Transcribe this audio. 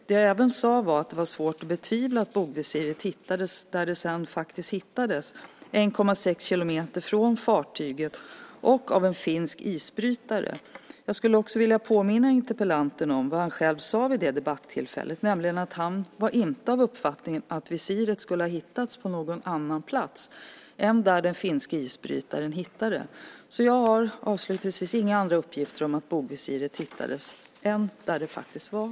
Det jag även sade var att det var svårt att betvivla att bogvisiret hittades där det sedan faktiskt hittades, 1,6 kilometer från fartyget och av en finsk isbrytare. Jag skulle också vilja påminna interpellanten om vad han själv sade vid det debattillfället, nämligen att han inte var av uppfattningen att visiret skulle ha hittats på någon annan plats än där den finska isbrytaren hittade det. Jag har inga andra uppgifter än att bogvisiret hittades där det hittades.